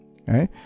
okay